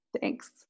Thanks